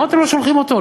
למה אתם לא שולחים אותו?